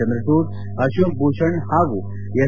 ಚಂದ್ರಚೂಡ್ ಅಶೋಕ್ ಭೂಷಣ್ ಹಾಗೂ ಎಸ್